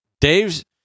Dave's